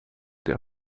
der